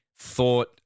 thought